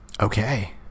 Okay